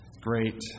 great